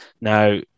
now